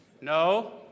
No